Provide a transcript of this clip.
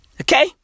Okay